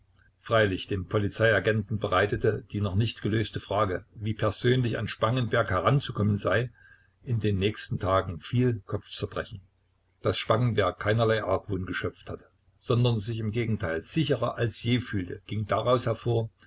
freilich dem polizeiagenten bereitete die noch nicht gelöste frage wie persönlich an spangenberg heranzukommen sei in den nächsten tagen viel kopfzerbrechen daß spangenberg keinerlei argwohn geschöpft hatte sondern sich im gegenteil sicherer als je fühlte ging daraus hervor